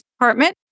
Department